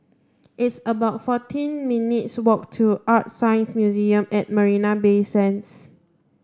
it's about fourteen minutes' walk to ArtScience Museum at Marina Bay Sands